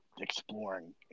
exploring